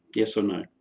yes or no?